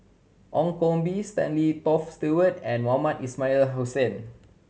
Ong Koh Bee Stanley Toft Stewart and Mohamed Ismail Hussain